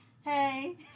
Hey